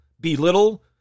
belittle